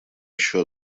еще